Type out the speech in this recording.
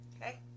Okay